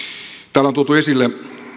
täällä on tuotu esille